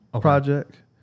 project